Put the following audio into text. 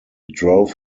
drove